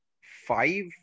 five